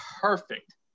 perfect